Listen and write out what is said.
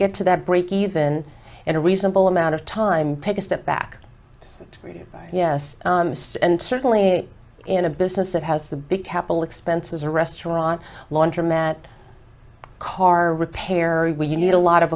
get to that break even in a reasonable amount of time take a step back and yes and certainly in a business that has a big capital expenses a restaurant laundromat car repair or when you need a lot of